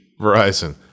Verizon